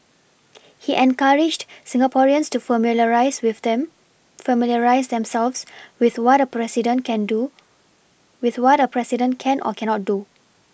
he encouraged Singaporeans to familiarise with them familiarise themselves with what a president can do with what a president can or cannot do